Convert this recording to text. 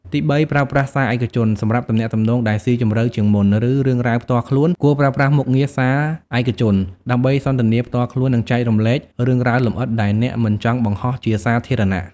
ទីបី ប្រើប្រាស់សារឯកជន សម្រាប់ទំនាក់ទំនងដែលស៊ីជម្រៅជាងមុន ឬរឿងរ៉ាវផ្ទាល់ខ្លួន គួរប្រើប្រាស់មុខងារ សារឯកជន ដើម្បីសន្ទនាផ្ទាល់ខ្លួន និងចែករំលែករឿងរ៉ាវលម្អិតដែលអ្នកមិនចង់បង្ហោះជាសាធារណៈ។